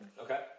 Okay